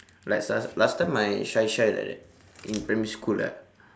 like so~ last time I shy shy like that in primary school ah